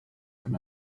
from